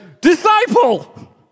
disciple